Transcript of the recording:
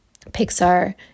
Pixar